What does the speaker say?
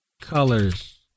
Colors